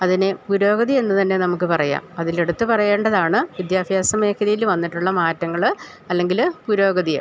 അതിനെ പുരോഗതി എന്നു തന്നെ നമുക്കു പറയാം അതിലെടുത്തു പറയേണ്ടതാണ് വിദ്യാഭ്യാസ മേഖലയിൽ വന്നിട്ടുള്ള മാറ്റങ്ങള് അല്ലെങ്കില് പുരോഗതി